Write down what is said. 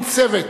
ארגון "צוות",